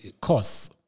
costs